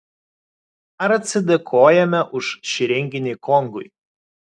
ar atsidėkojame už šį renginį kongui